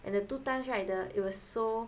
and the two times right the it was so